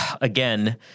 again